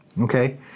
Okay